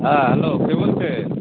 হ্যাঁ হ্যালো কে বলছেন